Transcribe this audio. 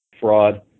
fraud